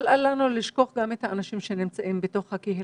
אבל אל לנו לשכוח גם את האנשים שנמצאים בתוך הקהילה,